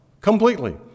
completely